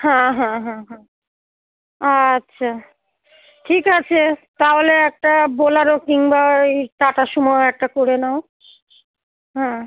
হ্যাঁ হ্যাঁ হ্যাঁ হ্যাঁ আচ্ছা ঠিক আছে তাহলে একটা বোলেরো কিংবা ওই টাটা সুমো একটা করে নাও হ্যাঁ